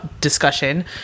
discussion